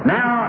Now